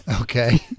Okay